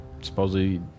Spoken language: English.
supposedly